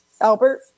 Albert